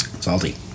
Salty